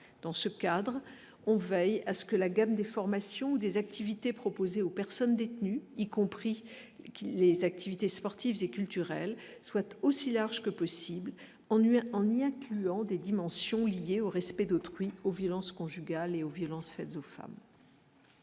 dans ce cadre, on veille à ce que la gamme des formations ou des activités proposées aux personnes détenues y compris qui les activités sportives et culturelles, souhaite aussi large que possible l'ennui en y incluant des dimensions liées au respect d'autrui aux violences conjugales et aux violences faites aux femmes.